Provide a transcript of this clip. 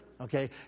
okay